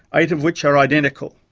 eight of which are identical.